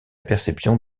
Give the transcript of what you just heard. perception